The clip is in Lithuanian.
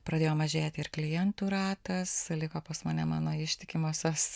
pradėjo mažėti ir klientų ratas liko pas mane mano ištikimosios